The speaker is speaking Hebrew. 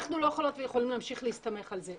אנחנו לא יכולות ויכולים להמשיך להסתמך על זה,